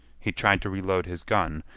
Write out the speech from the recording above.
he tried to reload his gun,